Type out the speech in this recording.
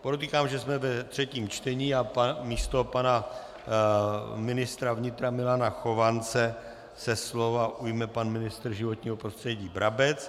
Podotýkám, že jsme ve třetím čtení a místo pana ministra vnitra Milana Chovance se slova ujme pan ministr životního prostředí Brabec.